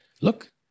look